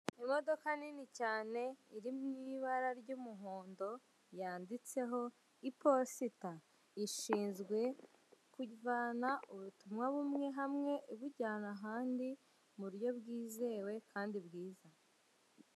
Imodoka nini cyane iri mu ibara ry'umuhondo yanditseho iposita. Ishinzwe kuvana ubutumwa bumwe hamwe ibujyana ahandi mu buryo bwizewe kandi bwiza.